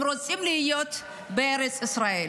הם רוצים להיות בארץ ישראל.